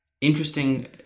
interesting